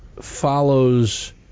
follows